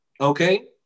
Okay